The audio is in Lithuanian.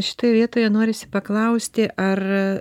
šitoj vietoje norisi paklausti ar a